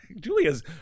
Julia's